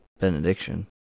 benediction